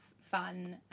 fun